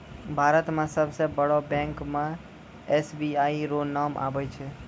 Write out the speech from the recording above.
भारत मे सबसे बड़ो बैंक मे एस.बी.आई रो नाम आबै छै